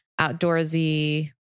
outdoorsy